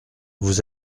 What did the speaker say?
vous